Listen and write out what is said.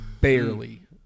barely